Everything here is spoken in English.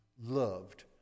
loved